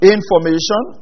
Information